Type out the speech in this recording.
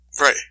Right